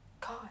God